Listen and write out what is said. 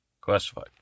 Classified